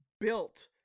built